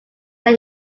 that